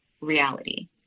reality